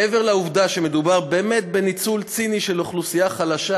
מעבר לעובדה שמדובר באמת בניצול ציני של אוכלוסייה חלשה,